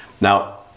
Now